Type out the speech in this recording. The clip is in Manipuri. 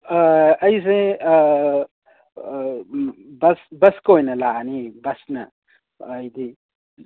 ꯑꯩꯁꯦ ꯕꯁꯀ ꯑꯣꯏꯅ ꯂꯥꯛꯑꯅꯤ ꯕꯁꯅ ꯑꯩꯗꯤ